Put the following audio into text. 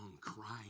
crying